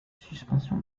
suspension